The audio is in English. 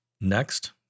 Next